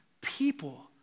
people